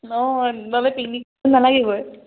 অঁ নহলে পিকনিক নালাগিবই